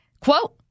Quote